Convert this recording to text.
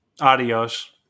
Adios